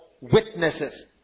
witnesses